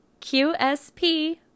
qsp